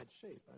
shape